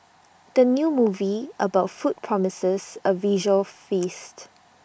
the new movie about food promises A visual feast